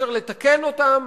ואי-אפשר לתקן אותם,